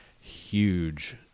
huge